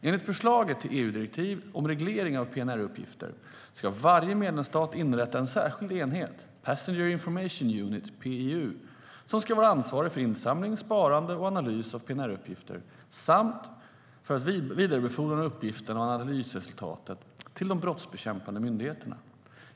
Enligt förslaget till EU-direktiv om reglering av PNR-uppgifter ska varje medlemsstat inrätta en särskild enhet - passenger information unit, PIU - som ska vara ansvarig för insamling, sparande och analys av PNR-uppgifter samt för vidarebefordran av uppgifterna och analysresultaten till de brottsbekämpande myndigheterna.